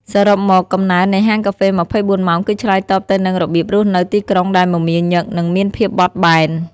សរុបមក កំណើននៃហាងកាហ្វេ ២៤ ម៉ោងគឺឆ្លើយតបទៅនឹងរបៀបរស់នៅទីក្រុងដែលមមាញឹក និងមានភាពបត់បែន។